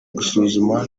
gusuzuma